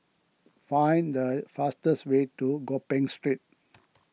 find the fastest way to Gopeng Street